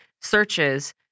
searches